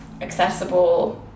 accessible